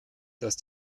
dass